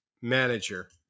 manager